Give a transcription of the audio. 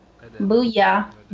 Booyah